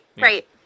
right